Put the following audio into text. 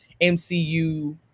MCU